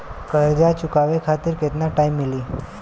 कर्जा चुकावे खातिर केतना टाइम मिली?